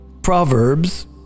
Proverbs